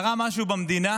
קרה משהו במדינה,